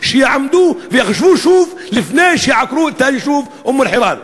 שיעמדו ויחשבו שוב לפני שיעקרו את היישוב אום-אלחיראן.